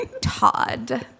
Todd